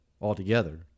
altogether